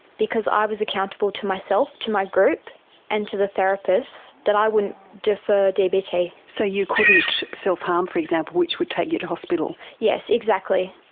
because i was accountable to myself, to my group and to the therapist, that i wouldn't defer dbt. so you couldn't self-harm, for example, which would take you to hospital. yes, exactly.